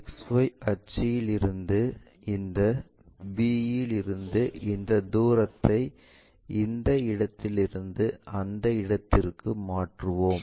XY அச்சில் இருந்து இந்த b இல் இருந்து இந்த தூரத்தை இந்த இடத்திலிருந்து அந்த இடத்திற்கு மாற்றுவோம்